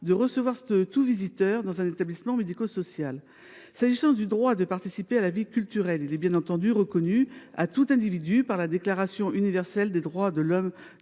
de recevoir tout visiteur dans un établissement médico social. Quant au droit de participer à la vie culturelle, il est effectivement reconnu à tout individu par la Déclaration universelle des droits de l’homme